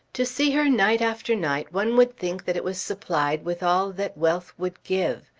to see her night after night one would think that it was supplied with all that wealth would give.